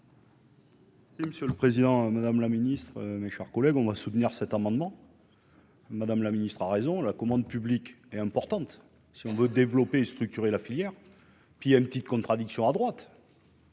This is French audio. Monsieur le Président, Madame la Ministre, mes chers collègues, on va soutenir cet amendement. Madame la ministre a raison, la commande publique est importante si on veut développer et structurer la filière, puis il y a une petite contradiction à droite.